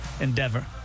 endeavor